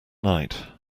night